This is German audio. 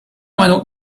meinung